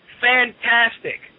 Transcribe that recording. fantastic